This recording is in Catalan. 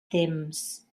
temps